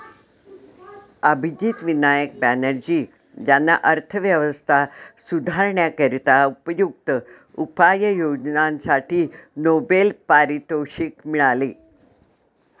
अभिजित विनायक बॅनर्जी यांना अर्थव्यवस्था सुधारण्याकरिता उपयुक्त उपाययोजनांसाठी नोबेल पारितोषिक मिळाले